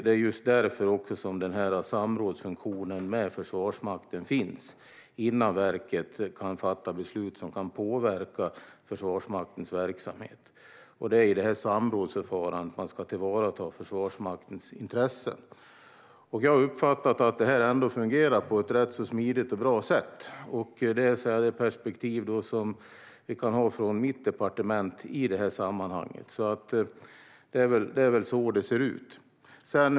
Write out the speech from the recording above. Det är också just därför samrådsfunktionen med Försvarsmakten finns, för att samråd ska ske innan verket kan fatta beslut som kan påverka Försvarsmaktens verksamhet. Det är i detta samrådsförfarande som Försvarsmaktens intressen ska tillvaratas. Jag har uppfattat att detta ändå har fungerat på ett rätt smidigt och bra sätt. Det är så att säga det perspektiv vi kan ha från mitt departement i sammanhanget. Det är väl alltså så det ser ut.